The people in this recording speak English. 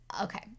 okay